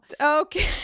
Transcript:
Okay